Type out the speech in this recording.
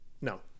No